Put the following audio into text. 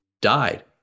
died